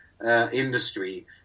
industry